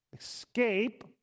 escape